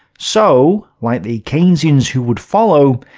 so, like the keynesians who would follow,